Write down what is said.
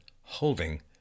holding